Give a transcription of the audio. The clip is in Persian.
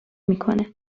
میکنه